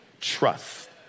trust